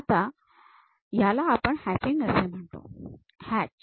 आणि याला आपण हॅचिंग असे म्हणतो हॅच